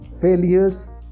Failures